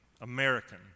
American